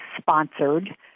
sponsored